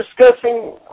discussing